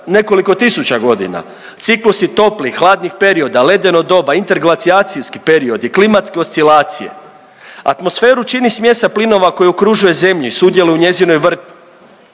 nekoliko tisuća godina, ciklusi toplih i hladnih perioda, ledeno doba, interglacijacijski periodi, klimatske oscilacije? Atmosferu čini smjesa plinova koji okružuje zemlju i sudjeluje u njezinoj